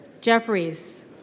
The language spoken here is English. Jeffries